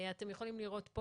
אתם יכולים לראות פה